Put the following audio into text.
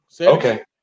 Okay